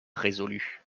résolue